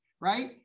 right